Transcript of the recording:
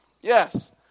Yes